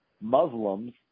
Muslims